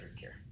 care